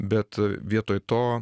bet vietoj to